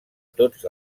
tots